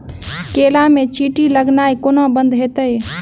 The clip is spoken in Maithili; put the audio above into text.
केला मे चींटी लगनाइ कोना बंद हेतइ?